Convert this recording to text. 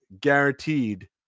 guaranteed